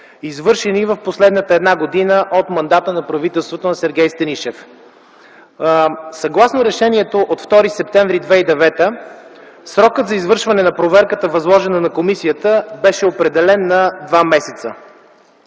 извършени в последната една година от мандата на правителството на Сергей Станишев. Съгласно решението от 2 септември 2009 г., срокът за извършване на проверката, възложена на комисията, беше определен на 2 месеца.